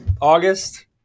August